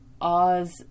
Oz